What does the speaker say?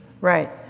Right